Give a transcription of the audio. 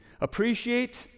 Appreciate